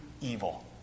evil